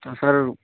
تو سر